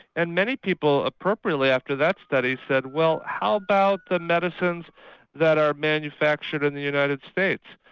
and many people appropriately after that study said well how about the medicines that are manufactured in the united states,